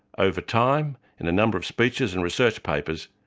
over time, in a number of speeches and research papers,